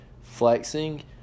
flexing